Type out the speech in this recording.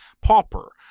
pauper